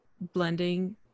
blending